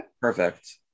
Perfect